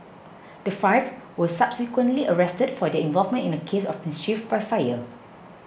the five were subsequently arrested for their involvement in a case of mischief by fire